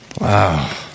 Wow